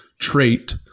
trait